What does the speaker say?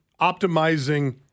optimizing